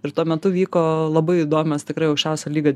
ir tuo metu vyko labai įdomios tikrai aukščiausio lygio